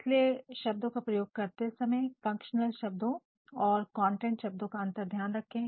इसलिए शब्दों का प्रयोग करते समय फंक्शनल शब्दों और कॉन्टेंट शब्दों का अंतर ध्यान रखें